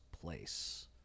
place